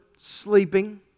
sleeping